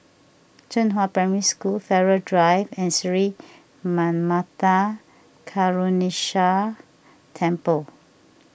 Zhenghua Primary School Farrer Drive and Sri Manmatha Karuneshvarar Temple